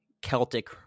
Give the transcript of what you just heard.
Celtic